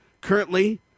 currently